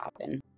happen